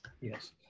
Yes